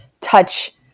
touch